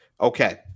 Okay